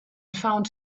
found